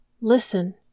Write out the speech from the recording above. Listen